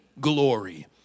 glory